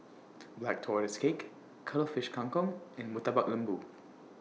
Black Tortoise Cake Cuttlefish Kang Kong and Murtabak Lembu